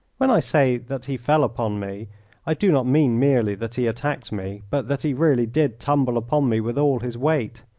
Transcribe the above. when i say that he fell upon me i do not mean merely that he attacked me, but that he really did tumble upon me with all his weight.